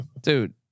dude